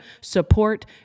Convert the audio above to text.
support